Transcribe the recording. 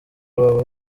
baba